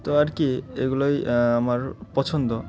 তো আর কি এগুলোই আমার পছন্দ